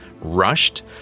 rushed